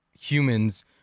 humans